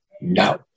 No